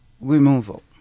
removal